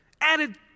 Added